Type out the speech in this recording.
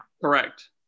Correct